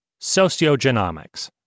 sociogenomics